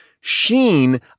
sheen